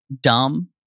dumb